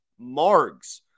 Margs